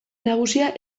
nagusia